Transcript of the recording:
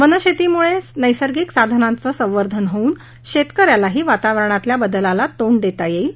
वनशेतीमुळे नैसर्गिक साधनांचं संवर्धन होऊन शेतकऱ्यालाही वातावरणातल्या बदलाला तोंड देता येईल